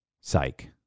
psych